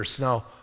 Now